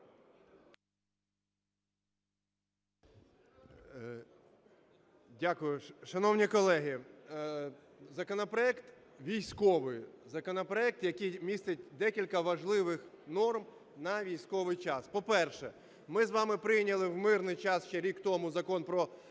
Дякую. Шановні колеги, законопроект військовий. Законопроект, який містить декілька важливих норм на військовий час. По-перше, ми з вами прийняли в мирний час, ще рік тому, Закон про платіжні